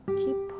keep